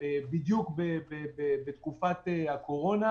בדיוק בתקופת הקורונה,